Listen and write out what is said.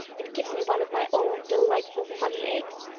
it gives me one of my old, delightful funny aches.